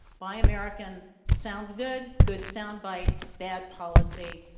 buy american sounds good, good sound bite, bad policy,